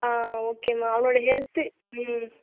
ஆ okay ma'am அவனோடய health ம்